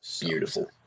Beautiful